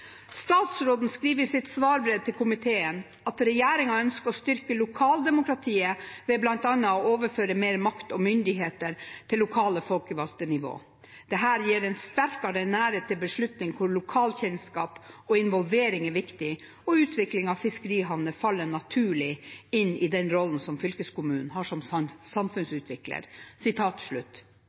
Statsråden skriver i sitt svarbrev til komiteen: «Regjeringen ønsker å styrke lokaldemokratiet, ved blant annet å overføre mer makt og myndighet til lokale/regionale folkevalgte nivå. Dette gir sterkere nærhet til beslutninger hvor lokal kjennskap og involvering er viktig, og utvikling av fiskerihavner faller naturlig inn i den rollen som fylkeskommunene har som